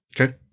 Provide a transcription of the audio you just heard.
Okay